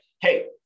hey